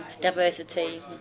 Diversity